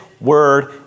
word